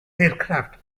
aircraft